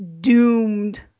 doomed